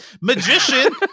magician